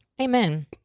Amen